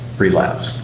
relapse